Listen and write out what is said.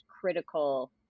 critical